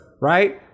right